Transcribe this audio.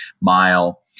mile